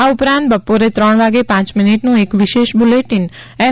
આ ઉપરાંત બપોરે ત્રણ વાગે પાંચ મિનિટનું એક વિશેષ બુલેટીન એફ